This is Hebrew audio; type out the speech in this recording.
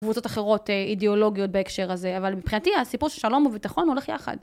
קבוצות אחרות אידיאולוגיות בהקשר הזה, אבל מבחינתי הסיפור של שלום וביטחון הולך יחד.